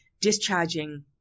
discharging